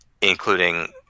including